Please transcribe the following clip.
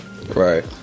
Right